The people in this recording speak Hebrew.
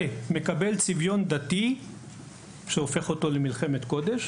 מקבל צביון דתי שהופך אותו למלחמת קודש,